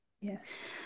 Yes